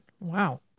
wow